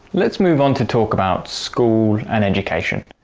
let's move on to talk about school and education.